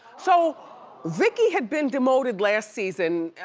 so vicki had been demoted last season,